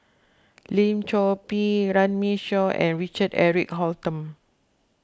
Lim Chor Pee Runme Shaw and Richard Eric Holttum